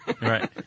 Right